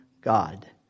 God